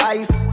ice